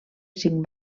cinc